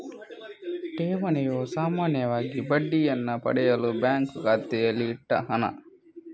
ಠೇವಣಿಯು ಸಾಮಾನ್ಯವಾಗಿ ಬಡ್ಡಿಯನ್ನ ಪಡೆಯಲು ಬ್ಯಾಂಕು ಖಾತೆಯಲ್ಲಿ ಇಟ್ಟ ಹಣ